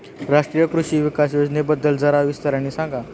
राष्ट्रीय कृषि विकास योजनेबद्दल जरा विस्ताराने सांगा